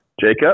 Jacob